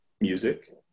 music